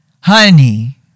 Honey